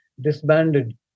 disbanded